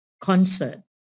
concert